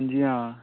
अंजी हां